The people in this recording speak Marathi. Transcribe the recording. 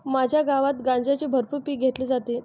माझ्या गावात गांजाचे भरपूर पीक घेतले जाते